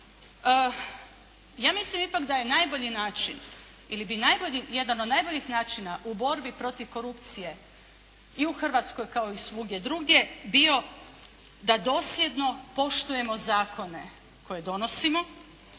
ja mislim ipak da je najbolji način, ili bi jedan od najboljih načina u borbi protiv korupcije i u Hrvatskoj kao i svugdje drugdje bio da dosljedno poštujemo zakone koje donosimo